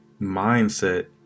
mindset